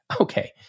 Okay